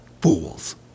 fools